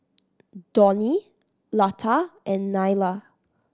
Dhoni Lata and Neila